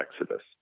Exodus